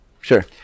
Sure